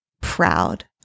proud